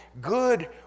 good